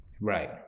Right